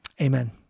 Amen